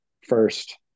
first